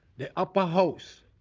the upper host,